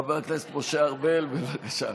חבר הכנסת משה ארבל, בבקשה.